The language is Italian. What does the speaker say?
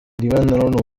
divennero